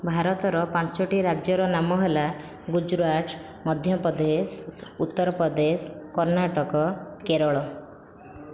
ଭାରତର ପାଞ୍ଚଗୋଟି ରାଜ୍ୟର ନାମ ହେଲା ଗୁଜୁରାଟ ମଧ୍ୟପ୍ରଦେଶ ଉତ୍ତରପ୍ରଦେଶ କର୍ଣ୍ଣାଟକ କେରଳ